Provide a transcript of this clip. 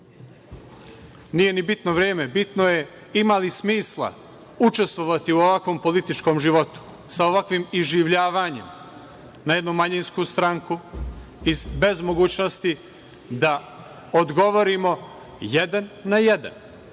nije ni bitno vreme, bitno je ima li smisla učestvovati u ovakvom političkom životu, sa ovakvim iživljavanjem na jednu manjinsku stranku bez mogućnosti da odgovorimo jedan na jedan.